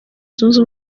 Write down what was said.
zunze